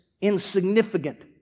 insignificant